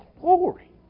glory